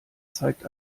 zeigt